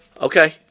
Okay